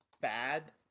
bad